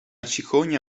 cicogna